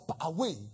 away